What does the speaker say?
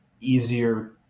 easier